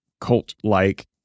cult-like